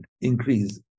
increase